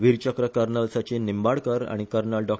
विर चक्र कर्नल सचिन निंबाडकर आनी कर्नल डॉ